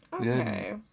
okay